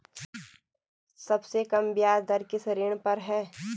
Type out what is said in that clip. सबसे कम ब्याज दर किस ऋण पर है?